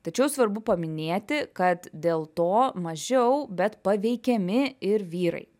tačiau svarbu paminėti kad dėl to mažiau bet paveikiami ir vyrai